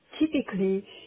Typically